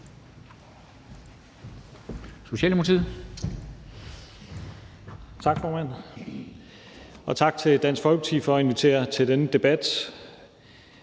Socialdemokratiet.